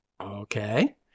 Okay